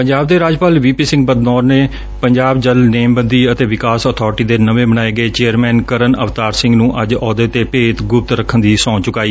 ਪੰਜਾਬ ਦੇ ਰਾਜਪਾਲ V P Singh Badnore ਨੇ ਪੰਜਾਬ ਜਲ ਨੇਮਬੰਦੀ ਅਤੇ ਵਿਕਾਸ ਅਬਾਰਟੀ ਦੇ ਨਵੇਂ ਬਣਾਏ ਗਏ ਚੇਅਰਮੈਨ ਕਰਨ ਅਵਤਾਰ ਸਿੰਘ ਨੂੰ ਅੱਜ ਅਹੁੱਦੇ ਤੇ ਭੇਤ ਗੁਪਤ ਰੱਖਣ ਦੀ ਸਹੁੰ ਚੁਕਾਈ